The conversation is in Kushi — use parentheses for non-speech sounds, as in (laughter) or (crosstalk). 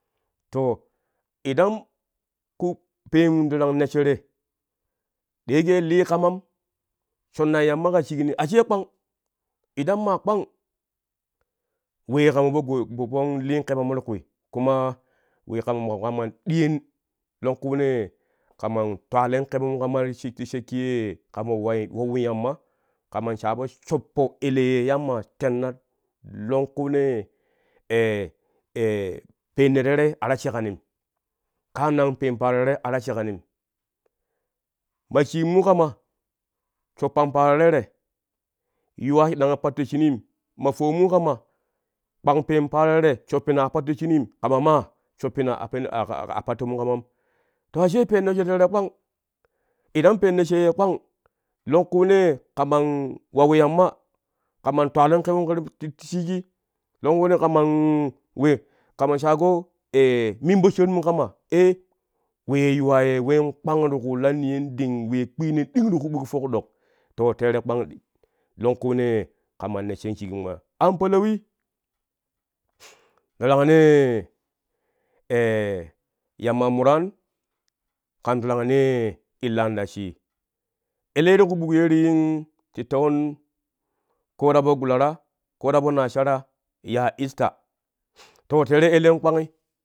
To idan ku peen darang nessho te da yake lii kaman tuunai yamma ka shikni ashe kpang idan maa kpang wee kama po goy ko kon li kebe ti kwi kuma we kaman diin longkunee kaman twalan kebe mu ka ti shakki shakki ye kama wayin wawi yamma kaman shaago shoppo ele ye yamma tenna long kunee (hesitation) peeno terei a ta sheƙanim kaanan peen paaro terei ata sheƙanim ma shenmu kama shoppan paaro tere yuwai ɗanga patto shunim ma fowonmu kama kpang peen paaro tere shoppina a palto shunim kama ma shoppina a pattomu kamam to ashe peen nessho tere kpang idan peen neesho ye kpang longkunee kaman waw yamma kaman twadon kebemu kama ti shigi longkunee kaman we kaman shaaƙo (hesitation) min po shaarimu kama (hesitation) wee yuwa ye ween kpang ti ku la niyonɗing ye kpiino ɗing ti ƙu ɓuk ɗoki ɗok to tere kpang longkunee kama nesshon shikma an palawi darangnee (hesitation) yamma muraan kan darangnee illan ta shii ele ye ti ƙuɓuk ye ti tewon ko ta to gulara ko ta to naasara yaa esta to terei elen kpangi